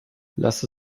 lasse